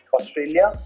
Australia